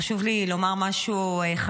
חשוב לי לומר משהו אחד.